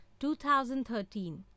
2013